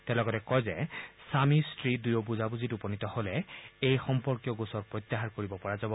তেওঁ লগতে কয় যে স্বামী স্তী দুয়ো বুজাবুজিত উপনীত হলে এই সম্পৰ্কীয় গোচৰ প্ৰত্যাহাৰ কৰিব পৰা যাব